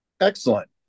Excellent